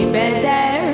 better